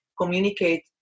communicate